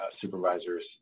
supervisors